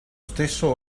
stesso